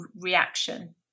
reaction